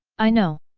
i know!